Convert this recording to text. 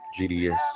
GDS